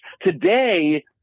today